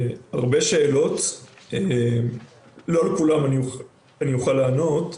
עלו הרבה שאלות ולא על כולן אני אוכל לענות.